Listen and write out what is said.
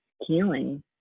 healing